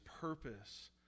purpose